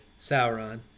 Sauron